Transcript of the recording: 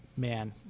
Man